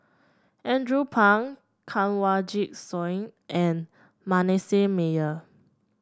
Andrew Phang Kanwaljit Soin and Manasseh Meyer